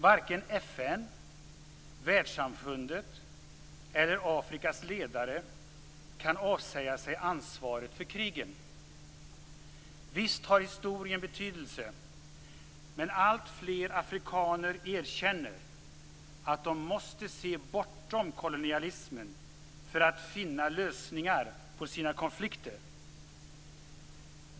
Varken FN, världssamfundet eller Afrikas ledare kan avsäga sig ansvaret för krigen. Visst har historien betydelse, men allt fler afrikaner erkänner att de måste se bortom kolonialismen för att finna lösningar på sina konflikter.